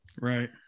Right